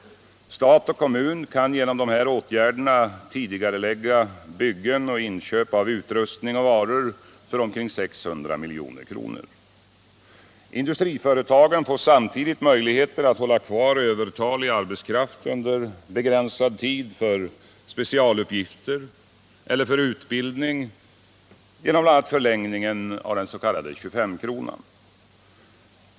Stat och kommun kan genom dessa åtgärder tidigarelägga byggen och inköp av utrustning och varor för omkring 600 milj.kr. Industriföretagen får samtidigt möjligheter att hålla kvar övertalig arbetskraft under begränsad tid för specialuppgifter eller utbildning genom bl.a. förlängningen av den s.k. 25-kronan.